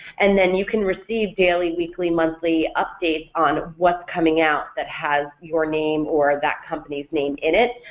and then you can receive daily, weekly, monthly, updates on what's coming out that has your name or that company's name in it,